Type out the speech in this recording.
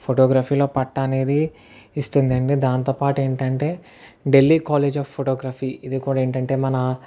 ఫోటోగ్రఫీలో పట్టా అనేది ఇస్తుందండి దానితో పాటు ఏంటంటే ఢిల్లీ కాలేజ్ ఆఫ్ ఫోటోగ్రఫీ ఇది కూడా ఏంటంటే మన